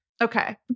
Okay